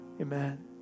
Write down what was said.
amen